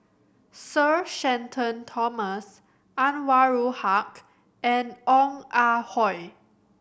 Sir Shenton Thomas Anwarul Haque and Ong Ah Hoi